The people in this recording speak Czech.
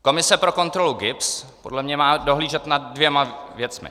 Komise pro kontrolu GIBS podle mě má dohlížet nad dvěma věcmi.